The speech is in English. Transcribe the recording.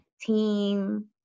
team